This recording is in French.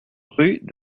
rue